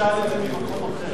הוא שאל את זה ממקום אחר.